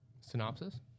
Synopsis